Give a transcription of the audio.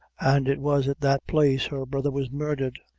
and it was at that place her brother was murdered.